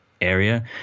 area